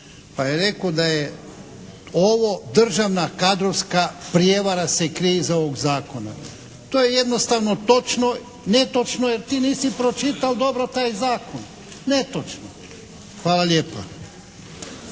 pa je rekao da je ovo državna kadrovska prijevara se krije iza ovog zakona. To je jednostavno točno, netočno, jer ti nisi pročital dobro taj zakon. Netočno. Hvala lijepa.